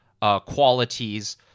qualities